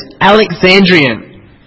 Alexandrian